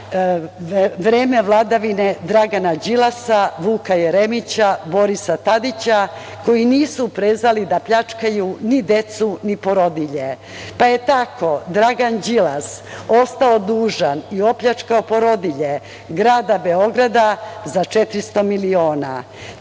vreme vladavine Dragana Đilasa, Vuka Jeremića, Borisa Tadića, koji nisu prezali da pljačkaju ni decu, ni porodilje. Pa je tako Dragan Đilas ostao dužan i opljačkao porodilje grada Beograda za 400 miliona. Tako